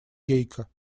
гейка